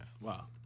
wow